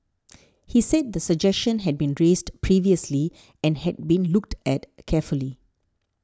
he said the suggestion had been raised previously and had been looked at carefully